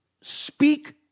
speak